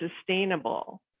sustainable